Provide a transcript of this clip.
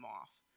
off